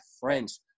friends